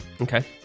Okay